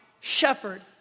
shepherd